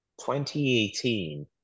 2018